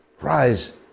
rise